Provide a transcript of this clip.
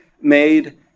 made